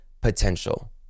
potential